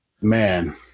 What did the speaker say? man